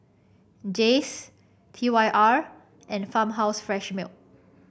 Jays T Y R and Farmhouse Fresh Milk